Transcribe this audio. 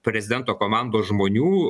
prezidento komandos žmonių